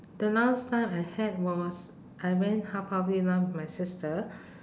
the last time I had was I went haw par villa with my sister